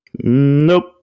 nope